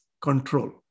control